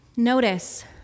Notice